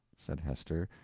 said hester,